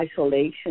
isolation